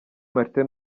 martin